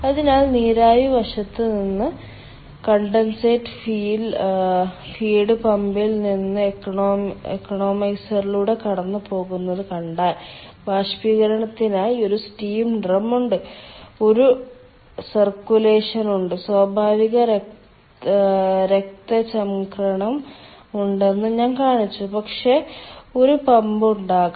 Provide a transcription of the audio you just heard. അതിനാൽ നീരാവി വശത്ത് നിന്ന് കണ്ടൻസേറ്റ് ഫീഡ് പമ്പിൽ നിന്ന് ഇക്കണോമൈസറിലൂടെ കടന്നുപോകുന്നത് കണ്ടാൽ ബാഷ്പീകരണത്തിനായി ഒരു സ്റ്റീം ഡ്രം ഉണ്ട് ഒരു സർക്കുലേഷൻ ഉണ്ട് സ്വാഭാവിക രക്തചംക്രമണം ഉണ്ടെന്ന് ഞാൻ കാണിച്ചു പക്ഷേ ഒരു പമ്പ് ഉണ്ടാകാം